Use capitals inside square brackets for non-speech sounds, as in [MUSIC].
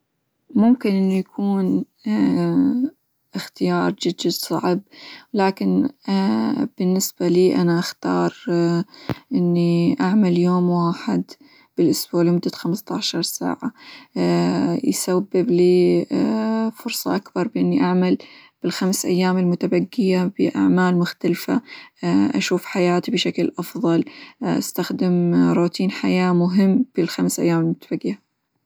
ممكن إنه يكون [HESITATION] إختيار جد جد صعب، لكن [HESITATION] بالنسبة لي أنا أختار [HESITATION] إني أعمل يوم واحد بالأسبوع لمدة خمسةعشر ساعة [HESITATION] يسبب لي [HESITATION] فرصة أكبر بإني أعمل بالخمس أيام المتبقية بأعمال مختلفة، [HESITATION] أشوف حياتي بشكل أفظل، استخدم روتين حياة مهم بالخمس أيام المتبقية.